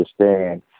understand